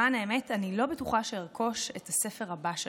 למען האמת, אני לא בטוחה שארכוש את הספר הבא שלך.